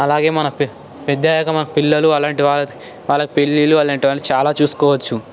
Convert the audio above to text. అలాగే మన పెద్ద పెద్దయ్యాక పిల్లలు అలాంటి వాళ్ళకు పెళ్ళిళ్ళు అలాంటి వాళ్ళు చాలా చూసుకోవచ్చు